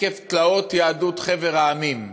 עקב תלאות יהדות חבר המדינות